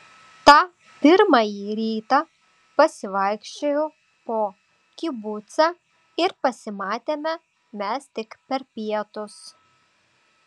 tą pirmąjį rytą pasivaikščiojau po kibucą ir pasimatėme mes tik per pietus